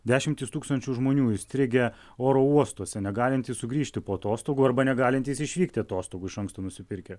dešimtys tūkstančių žmonių įstrigę oro uostuose negalintys sugrįžti po atostogų arba negalintys išvykti atostogų iš anksto nusipirkę